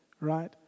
right